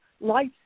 life